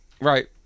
Right